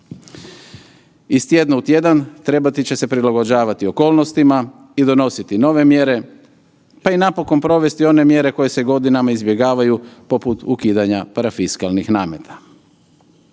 Iz tjedna u tjedan trebati će se prilagođavati okolnostima i donositi nove mjere pa i napokon provesti one mjere koje se godinama izbjegavaju poput ukidanja parafiskalnih nameta.